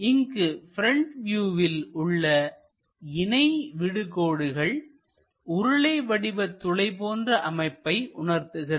இங்கு ப்ரெண்ட் வியூவில் உள்ள இணை விடு கோடுகள் உருளை வடிவ துளை போன்ற அமைப்பை உணர்த்துகிறது